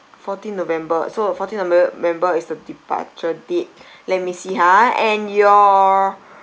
fourteenth november so fourteenth novem~ november is the departure date let me see ha and your